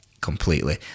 completely